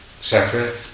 separate